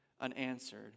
unanswered